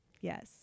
yes